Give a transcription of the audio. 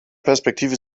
perspektive